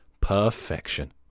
Perfection